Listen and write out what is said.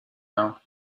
now